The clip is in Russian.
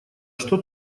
что